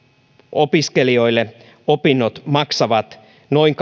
opiskelijoille opinnot maksavat noin